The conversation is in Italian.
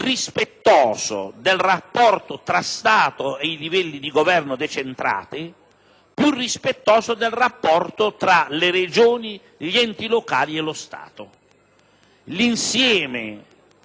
più rispettoso del rapporto tra Stato e livelli di governo decentrati, più rispettoso del rapporto tra le Regioni, gli enti locali e lo Stato.